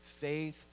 Faith